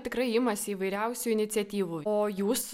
tikrai imasi įvairiausių iniciatyvų o jūs